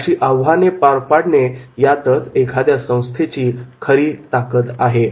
अशी आव्हाने पार पाडणे यातच एखाद्या संस्थेची खरी ताकद आहे